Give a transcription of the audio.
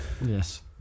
Yes